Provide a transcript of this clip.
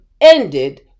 ended